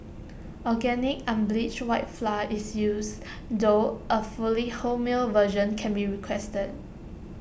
organic unbleached white flour is used though A fully wholemeal version can be requested